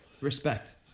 Respect